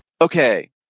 Okay